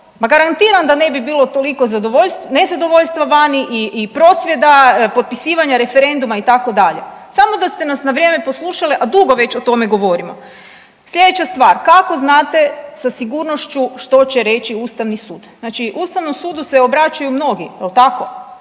ma garantiram da ne bi bilo toliko nezadovoljstva vani i prosvjeda, potpisivanja referenduma itd. samo da ste nas na vrijeme poslušali, a dugo već o tome govorimo. Sljedeća stvar. Kako znate sa sigurnošću što će reći Ustavni sud? Znači Ustavnom sudu se obraćaju mnogi jel' tako?